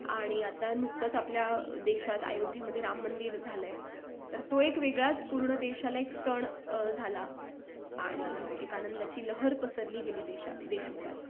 आणि आता नुकतंच आपल्या देशात अयोध्येमध्ये राम मंदिर झालं आहे तर तो एक वेगळाच पूर्ण देशाला एक सण झाला आणि एक आनंदाची लहर पसरली गेली देशात देशभरात